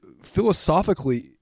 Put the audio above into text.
Philosophically